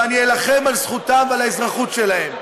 ואני אילחם על זכותם ועל האזרחות שלהם.